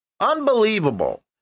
unbelievable